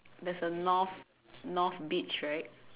there's a north north beach right